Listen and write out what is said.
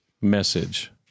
message